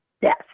Yes